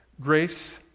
grace